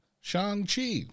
Shang-Chi